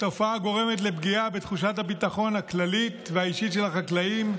התופעה גורמת לפגיעה בתחושת הביטחון הכללית והאישית של החקלאים,